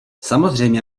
samozřejmě